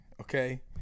okay